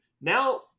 now